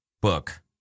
book